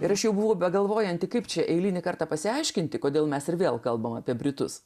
ir aš jau buvau begalvojanti kaip čia eilinį kartą pasiaiškinti kodėl mes ir vėl kalbame apie britus